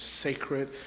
sacred